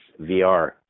VR